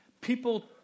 People